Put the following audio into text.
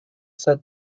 said